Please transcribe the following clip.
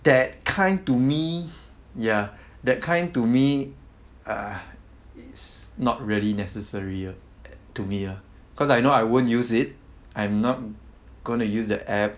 that kind to me ya that kind to me uh it's not really necessary to me ah cause I know I won't use it I'm not going to use the app